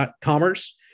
commerce